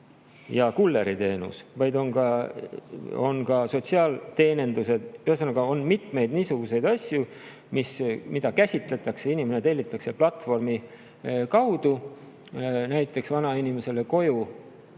ja kulleriteenus, vaid on ka sotsiaalteenindus. Ühesõnaga, on mitmeid niisuguseid asju, mida [platvormitööna] käsitletakse. Inimene tellitakse platvormi kaudu näiteks vanainimesele koju,